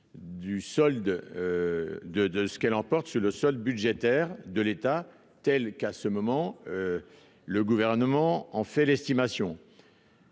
de, de, de ce qu'elle l'emporte sur le sol budgétaire de l'État, telles qu'à ce moment, le gouvernement en fait l'estimation,